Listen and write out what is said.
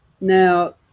Now